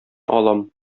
алам